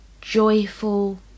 joyful